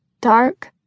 Dark